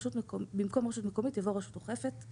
במקום "רשות מקומית" יבוא "רשות אוכפת";